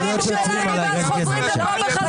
בואו נעצור הכול ונגיד בוקר טוב כי רשמית הבוקר החל.